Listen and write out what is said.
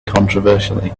controversially